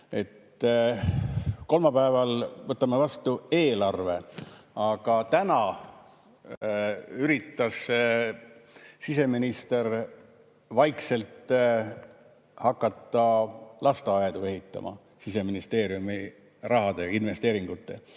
Kolmapäeval võtame vastu eelarve, aga täna üritas siseminister vaikselt hakata lasteaedu ehitama Siseministeeriumi raha ja investeeringutega,